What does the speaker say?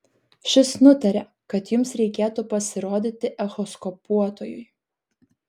šis nutarė kad jums reikėtų pasirodyti echoskopuotojui